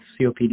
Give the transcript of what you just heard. COPD